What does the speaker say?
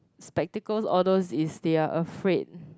spectacles all those is they are afraid